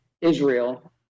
Israel